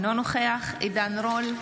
אינו נוכח עידן רול,